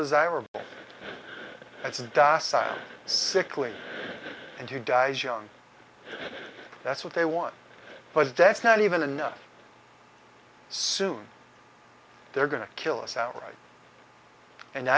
a sickly and who dies young that's what they want but that's not even enough soon they're going to kill us outright and